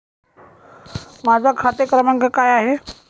माझा खाते क्रमांक काय आहे?